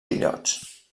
illots